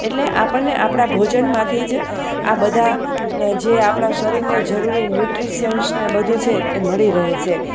એટલે આપણને આપણા ભોજનમાંથી જ આ બધા જે આપણા શરીરને જરૂરી ન્યૂટ્રિસયન્સને બધું છે એ મળી રહે છે